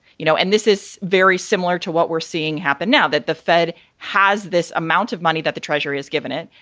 you know, and this is very similar to what we're seeing happen now that the fed has this amount of money that the treasury has given it.